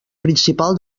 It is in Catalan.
principal